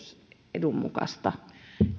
edun mukaista